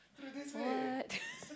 what